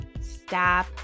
stop